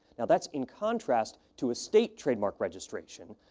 now, that's in contrast to a state trademark registration,